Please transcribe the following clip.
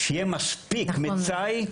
שיהיה מספיק מצאי.